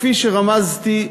כפי שרמזתי,